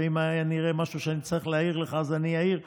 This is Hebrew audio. ואם אראה משהו שאני צריך להעיר לך אז אני אעיר באהבה,